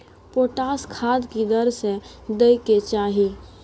Potash खाद की दर से दै के चाही?